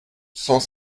cent